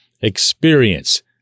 experience